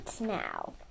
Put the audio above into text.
now